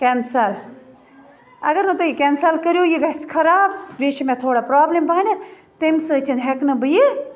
cancel اگر نہٕ تُہۍ یہِ کینسَل کٔرِو یہِ گَژھِ خَراب بیٚیہِ چھِ مےٚ تھوڑا پرابلم پَہمتھ تمہِ سۭتۍ ہیٚکہ نہٕ بہٕ یہِ